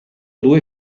due